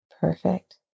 Perfect